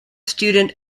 student